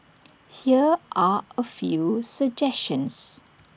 here are A few suggestions